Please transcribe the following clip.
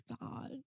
God